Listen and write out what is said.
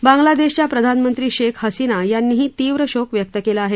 बांग्लादेशच्या प्रधानमंत्री शेख हसीना यांनीही तीव्र शोक व्यक्त केला आहे